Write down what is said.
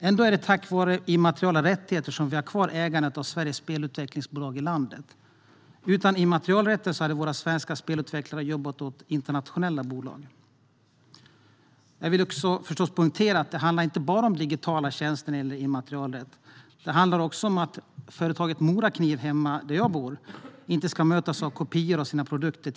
Ändå är det tack vare immateriella rättigheter som vi har kvar ägandet av Sveriges spelutvecklingsbolag i landet. Utan immaterialrätten hade våra svenska spelutvecklare jobbat åt internationella bolag. Jag vill också poängtera att det förstås inte bara handlar om digitala tjänster när det gäller immaterialrätt. Det handlar också till exempel om att företaget Morakniv hemma där jag bor inte ska mötas av Kinatillverkade kopior av sina produkter.